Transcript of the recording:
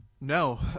no